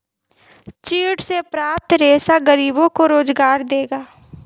चीड़ से प्राप्त रेशा गरीबों को रोजगार देगा